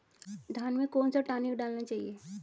धान में कौन सा टॉनिक डालना चाहिए?